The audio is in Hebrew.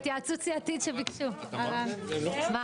למה